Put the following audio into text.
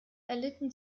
erlitten